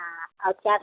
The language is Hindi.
हाँ और चार